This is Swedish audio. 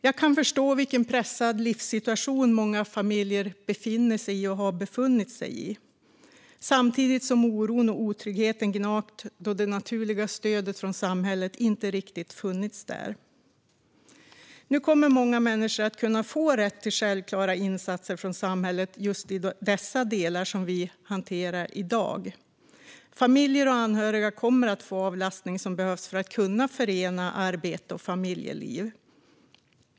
Jag kan förstå vilken pressad livssituation som många familjer befinner och har befunnit sig i, samtidigt som oron och otryggheten gnagt då det naturliga stödet från samhället inte riktigt funnits där. Nu kommer många människor att kunna få rätt till självklara insatser från samhället i just de delar som vi hanterar i dag. Familjer och anhöriga kommer att få den avlastning som behövs för att kunna förena arbete och familjeliv.